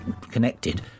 connected